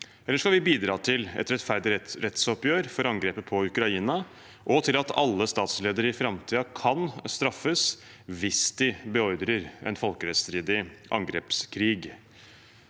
eller skal vi bidra til et rettferdig rettsoppgjør for angrepet på Ukraina og til at alle statsledere i framtiden kan straffes hvis de beordrer en folkerettsstridig angrepskrig?